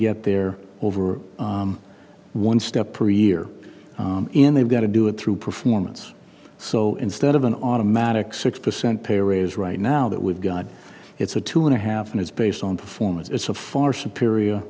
get there over one step per year in they've got to do it through performance so instead of an automatic six percent pay raise right now that we've got it's a two and a half and it's based on performance it's a far superior